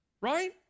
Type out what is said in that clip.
right